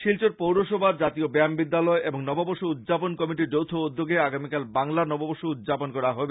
শিলচর পৌরসভা জাতীয় ব্যায়াম বিদ্যালয় এবং নববর্ষ উদযাপন কমিটির যৌথ উদ্যোগে আগামীকাল বাংলা নববর্ষ উৎযাপন করা হবে